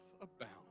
abound